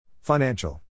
Financial